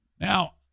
Now